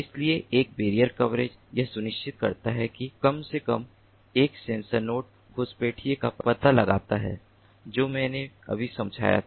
इसलिए एक barrier coverage यह सुनिश्चित करता है कि कम से कम एक सेंसर नोड घुसपैठिए का पता लगाता है जो मैंने अभी समझाया था